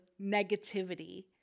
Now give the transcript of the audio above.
negativity